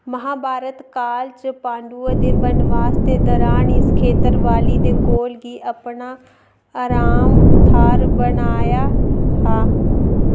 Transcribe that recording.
महाभारत काल च पांडुएं दे बनवास दे दरान इस खेतर बाली दे कोल गी अपना अराम थाह्र बनाया हा